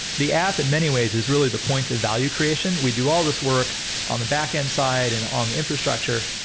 the app in many ways is really the point of value creation. we do all this work on the backend side and on the infrastructure.